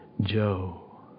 Joe